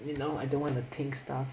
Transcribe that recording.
you know I don't want to think stuff